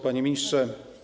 Panie Ministrze!